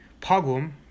pagum